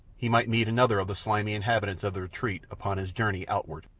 he might meet another of the slimy inhabitants of the retreat upon his journey outward.